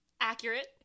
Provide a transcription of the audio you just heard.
Accurate